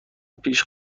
پیش